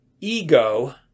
ego